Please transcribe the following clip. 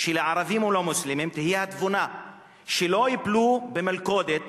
שלערבים או למוסלמים תהיה התבונה ולא ייפלו במלכודת